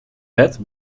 bed